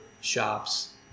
shops